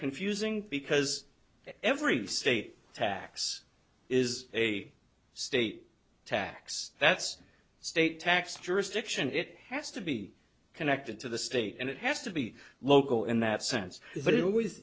confusing because every state tax is a state tax that's state tax jurisdiction it has to be connected to the state and it has to be local in that sense but it always